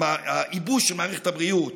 והייבוש של מערכת הבריאות